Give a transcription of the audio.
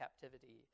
captivity